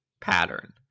pattern